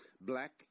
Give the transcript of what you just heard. black